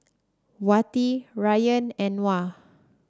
Wati Ryan and Noah